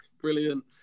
Brilliant